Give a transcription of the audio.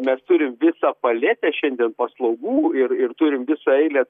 mes turim visą paletę šiandien paslaugų ir ir turim visą eilę